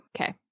Okay